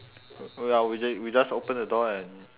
y~ ya we ju~ we just open the door and